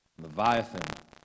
Leviathan